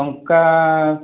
ଟଙ୍କା